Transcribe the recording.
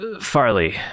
Farley